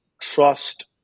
trust